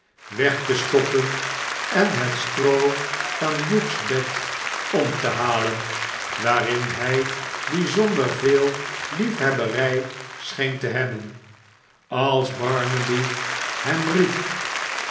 weg te stoppen en het stroo van hugh's bed om te halen waarin hij bijzonder yeel liefhebberij scheen te hebben als barnaby hem riep